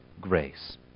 grace